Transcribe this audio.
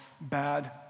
bad